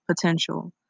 potential